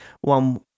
one